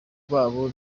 rwabo